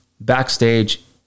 backstage